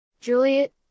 Juliet